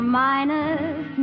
minus